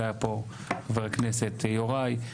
חבר הכנסת יוראי,